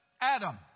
Adam